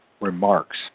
remarks